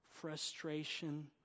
frustration